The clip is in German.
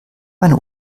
meine